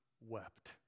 wept